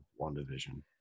WandaVision